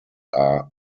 are